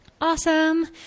awesome